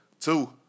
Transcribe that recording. Two